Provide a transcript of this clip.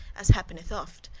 as happeneth oft.